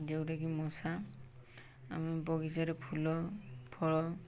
ଯେଉଁଟାକି ମଶା ଆମ ବଗିଚାରେ ଫୁଲ ଫଳ